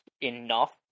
enough